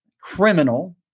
criminal